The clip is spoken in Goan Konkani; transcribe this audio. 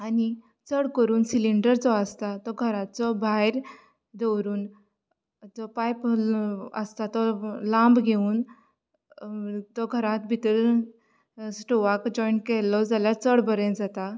आनी चड करून सिलींडर जो आसता तो घराचो भायर दोवरून जो पायप आसता तो लांब घेवून तो घरांत भितर स्टोवाक जोयन केल्लो जाल्यार चड बरें जाता